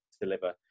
deliver